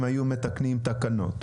אם היו מתקנים תקנות?